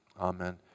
Amen